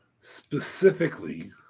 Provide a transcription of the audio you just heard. specifically